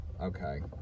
Okay